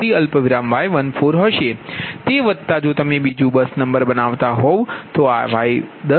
તે વત્તા જો તમે બીજુ બસ નંબર બનાવતા હોવ તો આ Y10છે